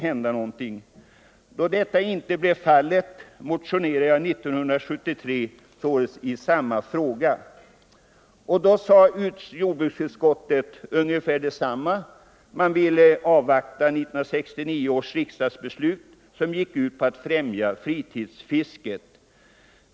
När så inte blev Onsdagen den fallet motionerade jag år 1973 i samma fråga. Då sade jordbruksutskottet 13 november 1974 ungefär detsamma som tidigare, nämligen att man ville avvakta resultatet = av 1969 års riksdagsbeslut som gick ut på att främja fritidsfisket.